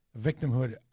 victimhood